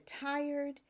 tired